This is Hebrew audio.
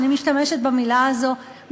אני משתמשת במילה הזו,